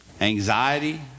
Anxiety